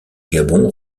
gabon